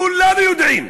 כולם יודעים.